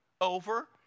over